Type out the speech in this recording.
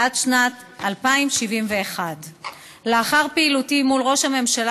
עד שנת 2071. לאחר פעילותי מול ראש הממשלה